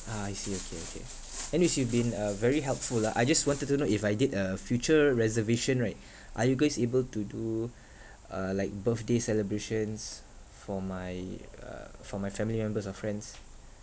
ah I see okay okay anyway you've been uh very helpful ah I just wanted to know if I did a future reservation right are you guys able to do uh like birthday celebrations for my uh for my family members or friends